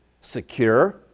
secure